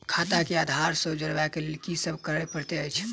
खाता केँ आधार सँ जोड़ेबाक लेल की सब करै पड़तै अछि?